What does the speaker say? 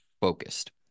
focused